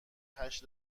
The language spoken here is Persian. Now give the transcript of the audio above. هشت